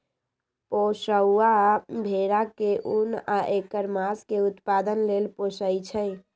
पोशौआ भेड़ा के उन आ ऐकर मास के उत्पादन लेल पोशइ छइ